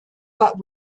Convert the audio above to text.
but